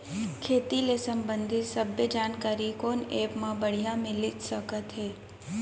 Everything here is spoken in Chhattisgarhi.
खेती के संबंधित सब्बे जानकारी कोन एप मा बढ़िया मिलिस सकत हे?